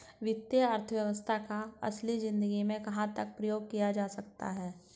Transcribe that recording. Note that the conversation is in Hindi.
वित्तीय अर्थशास्त्र का असल ज़िंदगी में कहाँ पर प्रयोग किया जा सकता है?